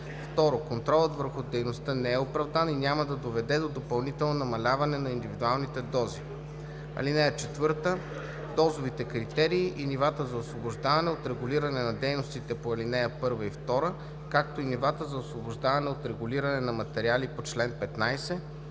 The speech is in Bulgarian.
2. контролът върху дейността не е оправдан и няма да доведе до допълнително намаляване на индивидуалните дози. (4) Дозовите критерии и нивата за освобождаване от регулиране на дейностите по ал. 1 и 2, както и нива за освобождаване от регулиране на материали по чл. 15,